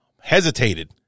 hesitated